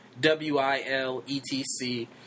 w-i-l-e-t-c